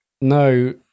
No